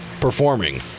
performing